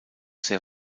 sehr